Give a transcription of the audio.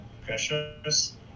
precious